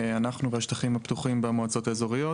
אנחנו והשטחים הפתוחים במועצות האזוריות.